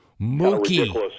Mookie